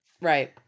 Right